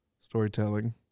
storytelling